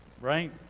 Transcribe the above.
right